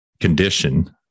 condition